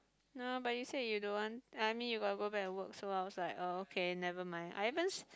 no but you say you don't want I mean you got go back and work so I was like oh okay nevermind I even